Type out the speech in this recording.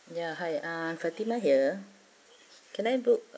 yeah hi uh fatimah here can I book